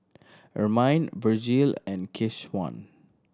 Ermine Vergil and Keshawn